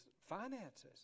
finances